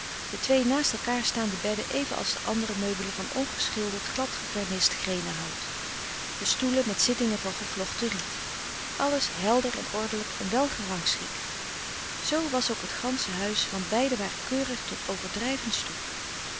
de twee naast elkaar staande bedden even als de andere meubelen van ongeschilderd glad gevernist greenenhout de stoelen met zittingen van gevlochten riet alles helder en ordelijk en wel gerangschikt zoo was ook het gansche huis want beiden waren keurig tot overdrijvens toe